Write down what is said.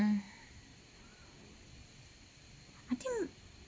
I think